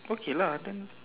okay lah then